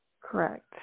Correct